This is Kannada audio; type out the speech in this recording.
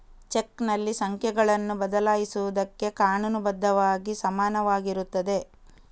ಚೆಕ್ನಲ್ಲಿ ಸಂಖ್ಯೆಗಳನ್ನು ಬದಲಾಯಿಸುವುದಕ್ಕೆ ಕಾನೂನು ಬದ್ಧವಾಗಿ ಸಮಾನವಾಗಿರುತ್ತದೆ